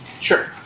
Sure